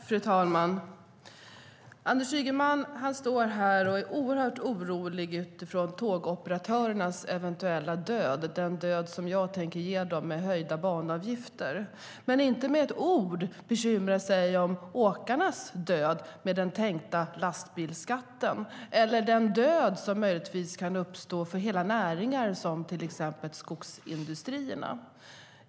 Fru talman! Anders Ygeman är oerhört orolig för tågoperatörernas eventuella död - den död jag tänker åsamka dem med höjda banavgifter. Men inte med ett ord bekymrar han sig över åkarnas död med den tänkta lastbilsskatten, eller den död som möjligtvis kan uppstå för hela näringar, till exempel skogsindustrierna.